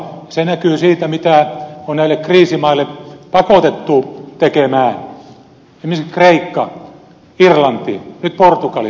se näkyy siinä mitä nämä kriisimaat on pakotettu tekemään esimerkiksi kreikka irlanti nyt portugali